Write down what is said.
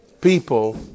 people